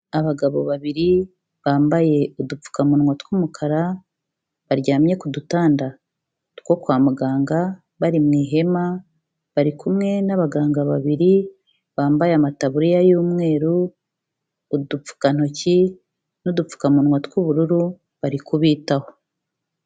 Abagabo babiri bambaye udupfukamunwa tw'umukara, baryamye ku dutanda two kwa muganga, bari mu ihema, bari kumwe n'abaganga babiri, bambaye amataburiya y'umweru, udupfukantoki n'udupfukamunwa tw'ubururu, bari kubitaho.